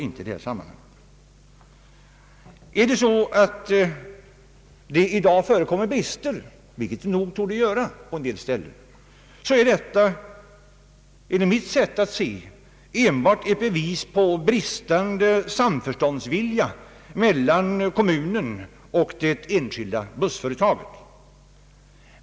Om det i dag förekommer brister, vilket nog torde vara fallet på en del ställen, så är detta enligt mitt sätt att se enbart ett bevis på bristande vilja till samförstånd mellan kommunen och det enskilda bussföretaget.